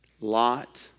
Lot